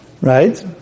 right